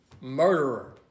murderer